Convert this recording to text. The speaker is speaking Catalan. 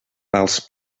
pals